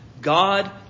God